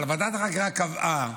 אבל ועדת החקירה קבעה